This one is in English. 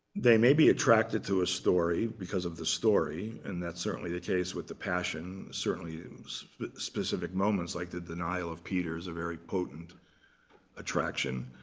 they may be attracted to a story because of the story. and that's certainly the case with the passion, certainly specific moments, like the denial of peter is a very potent attraction.